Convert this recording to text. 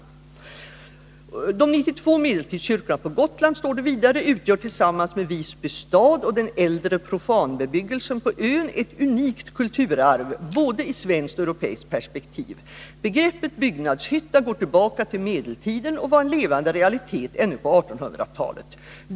Det framhålls vidare: ”De 92 medeltidskyrkorna på Gotland utgör tillsammans med Visby stad och den äldre profanbebyggelsen på ön ett unikt kulturarv både i svenskt och europeiskt perspektiv. Begreppet byggnadshytta går tillbaka till medeltiden och var en levande realitet ännu under 1800-talet.